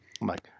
Mike